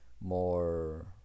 more